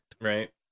Right